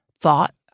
thought